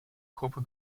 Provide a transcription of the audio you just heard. gruppe